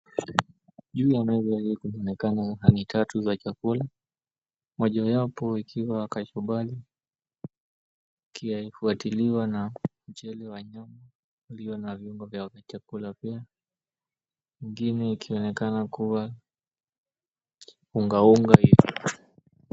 Juu ya meza hili inaonekana sahani tatu za chakula mojawapo ikiwa kachumbari ikifuatiliwa na mchele wa nyama ulio na viungo vya chakula pia. Ingine ikionekana kuwa unga unga hivi.